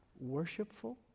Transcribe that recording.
worshipful